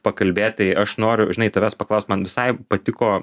pakalbėt tai aš noriu žinai tavęs paklaust man visai patiko